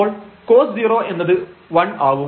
അപ്പോൾ cos 0 എന്നത് 1 ആവും